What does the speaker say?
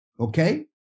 Okay